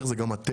זה גם התקן.